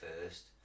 first